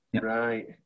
Right